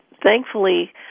Thankfully